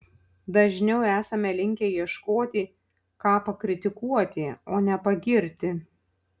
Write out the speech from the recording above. dažniau esame linkę ieškoti ką pakritikuoti o ne pagirti